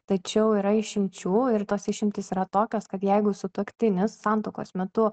tačiau yra išimčių ir tos išimtys yra tokios kad jeigu sutuoktinis santuokos metu